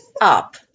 up